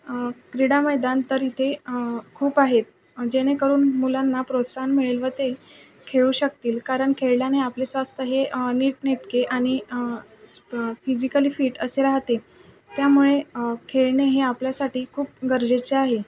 क्रीडामैदान तर इथे खूप आहेत जेणेकरून मुलांना प्रोत्साहन मिळेल व ते खेळू शकतील कारण खेळल्याने आपले स्वास्थ हे नीटनेटके आणि फिजिकली फिट असे राहते त्यामुळे खेळणे हे आपल्यासाठी खूप गरजेचे आहे